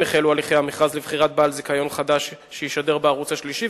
החלו הליכי המכרז לבחירת בעל זיכיון חדש שישדר בערוץ השלישי,